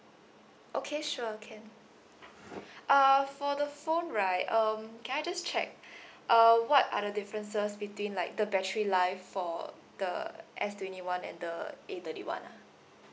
okay sure can uh for the phone right um can I just check uh what are the differences between like the battery life for the S twenty one and the A thirty one ah